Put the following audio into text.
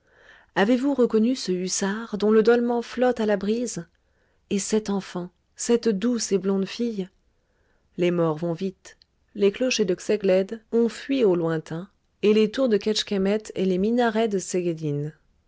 avez-vous reconnu ce hussard dont le dolman flotte à la brise et cette enfant cette douce et blonde fille les morts vont vite les clochers de czegled ont fui au lointain et les tours de keczkemet et les minarets de